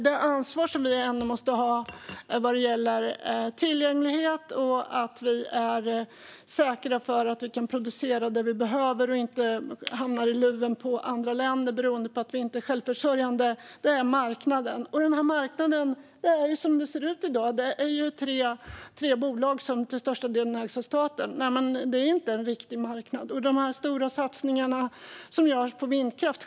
Det ansvar som vi måste ta vad gäller tillgänglighet, säker produktion och att inte råka i luven på andra länder därför att vi inte är självförsörjande rör marknaden. Marknaden i dag är tre bolag som till största delen ägs av staten. Det är alltså inte en riktig marknad. Sedan var det frågan om de stora satsningarna på vindkraft.